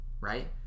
Right